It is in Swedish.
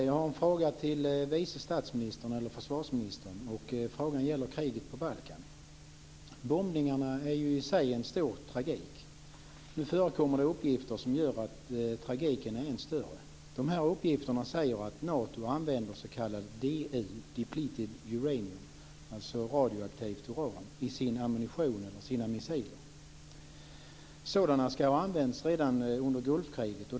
Fru talman! Jag har en fråga till försvarsministern. Frågan gäller kriget på Balkan. Bombningarna innebär i sig en stor tragik. Nu förekommer det uppgifter som gör att tragiken växer. Uppgifterna säger att Nato använder s.k. DU, depleted uranium, alltså radioaktivt uran i sin ammunition och missiler. Sådana missiler skall ha använts redan under Gulfkriget.